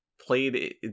played